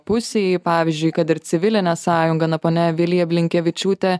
pusei pavyzdžiui kad ir civilinę sąjungą na ponia vilija blinkevičiūtė